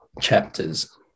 chapters